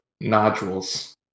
nodules